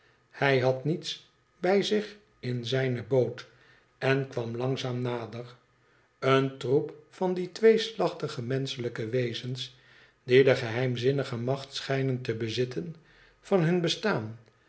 hij had niets bij zich in zijne boot en kwam langzaam nader een troep van die tweeslachtige menschelijke wezens die de geheimzinnige macht schijnen te bezitten van hun bestaan